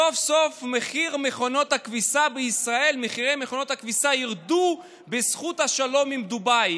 סוף-סוף מחירי מכונות הכביסה בישראל ירדו בזכות השלום עם דובאי,